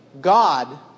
God